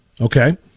Okay